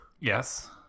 Yes